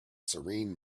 serene